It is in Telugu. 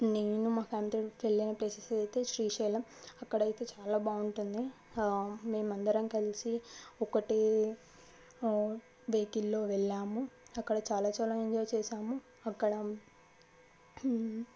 నేను మా ఫ్యామిలీతో వెళ్లిన ప్లేసెస్ అయితే శ్రీశైలం అక్కడైతే చాలా బాగుంటుంది మేమందరం కలిసి ఒకటే వెహికల్లో వెళ్ళాము అక్కడ చాలా చాలా ఎంజాయ్ చేసాము అక్కడ